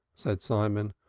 said simon.